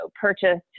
purchased